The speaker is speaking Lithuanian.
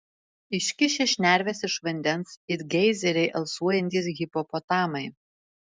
iškišę šnerves iš vandens it geizeriai alsuojantys hipopotamai